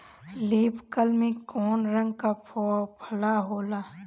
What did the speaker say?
Leaf curl में कौने रंग का फफोला होला?